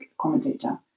commentator